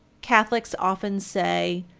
catholics often say,